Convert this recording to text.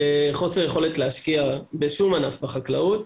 וחוסר יכולת להשקיע בשום ענף בחקלאות.